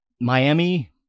Miami